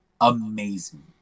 amazing